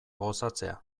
gozatzea